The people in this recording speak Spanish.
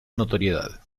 notoriedad